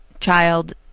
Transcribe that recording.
child